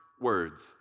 words